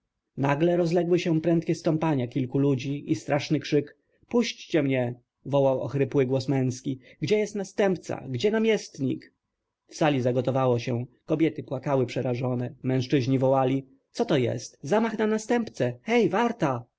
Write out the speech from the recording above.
nagle rozległy się prędkie stąpania kilku ludzi i straszny krzyk puśćcie mnie wołał ochrypły głos męski gdzie jest następca gdzie namiestnik w sali zagotowało się kobiety płakały przerażone mężczyźni wołali co to jest zamach na następcę hej warta